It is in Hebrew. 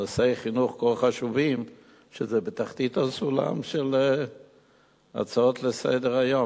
שנושאי חינוך כה חשובים הם בתחתית הסולם של ההצעות לסדר-היום.